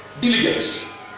Diligence